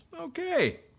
Okay